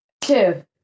two